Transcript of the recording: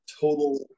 total